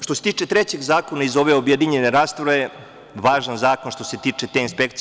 Što se tiče trećeg zakona iz ove objedinjene rasprave, važan zakon što se tiče te inspekcije.